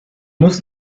muss